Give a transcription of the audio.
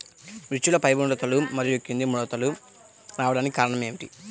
మిర్చిలో పైముడతలు మరియు క్రింది ముడతలు రావడానికి కారణం ఏమిటి?